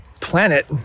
planet